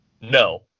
No